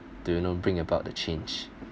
do you know bring about the change